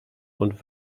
und